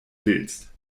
willst